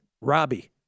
Robbie